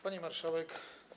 Pani Marszałek!